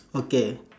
okay